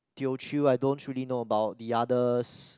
Teochew I don't really know about the others